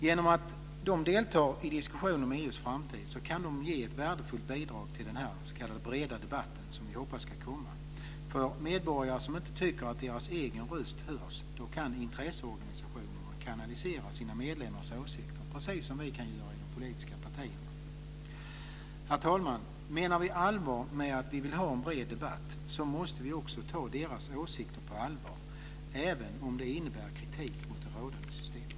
Genom att de deltar i diskussionen om EU:s framtid kan de ge ett värdefullt bidrag till den s.k. breda debatt som vi hoppas ska komma. För medborgare som inte tycker att deras egen röst hörs kan intresseorganisationerna kanalisera sina medlemmars åsikter, precis som vi kan göra i de politiska partierna. Herr talman! Menar vi allvar med att vi vill ha en bred debatt måste vi också ta deras åsikter på allvar, även om det innebär kritik mot det rådande systemet.